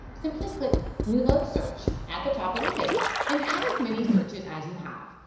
simply click new load search at the top of the page, and add as many searches as you have,